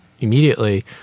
immediately